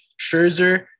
Scherzer